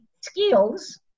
skills